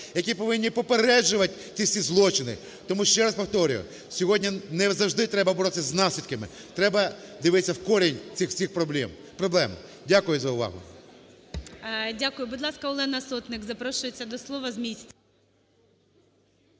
які повинні попереджувати ті всі злочини. Тому ще раз повторюю: сьогодні не завжди треба боротися з наслідками, треба дивитися в корінь цих всіх проблем. Дякую за увагу. ГОЛОВУЮЧИЙ. Дякую. Будь ласка, Олена Сотник запрошується до слова з місця.